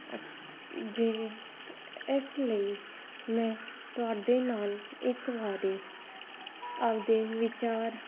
ਜੇ ਇਸ ਲਈ ਮੈਂ ਤੁਹਾਡੇ ਨਾਲ ਇੱਕ ਵਾਰੀ ਆਪਦੇ ਵਿਚਾਰ